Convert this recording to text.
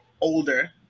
older